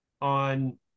on